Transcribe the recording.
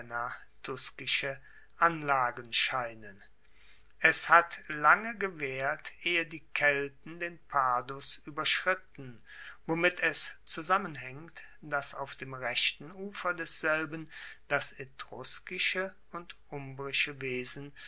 anlagen scheinen es hat lange gewaehrt ehe die kelten den padus ueberschritten womit es zusammenhaengt dass auf dem rechten ufer desselben das etruskische und umbrische wesen